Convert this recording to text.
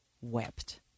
wept